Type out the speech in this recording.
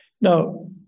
now